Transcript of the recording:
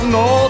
no